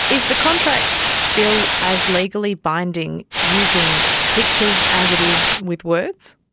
is the contract still as legally binding using pictures as it is with words?